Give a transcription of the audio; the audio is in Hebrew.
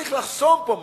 שצריך לחסום פה משהו,